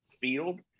field